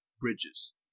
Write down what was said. bridges